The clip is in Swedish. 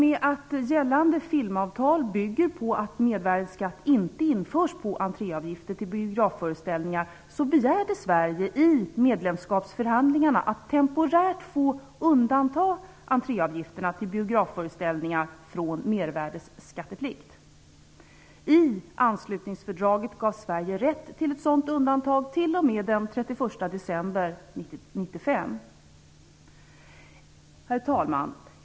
Eftersom gällande filmavtal bygger på att mervärdesskatt inte införs på entréavgifter till biografföreställningar begärde Sverige i medlemskapsförhandlingarna att temporärt få undanta dessa från mervärdesskatteplikt. I anslutningsfördraget gavs Sverige rätt till ett sådant undantag t.o.m. den 31 december 1995. Herr talman!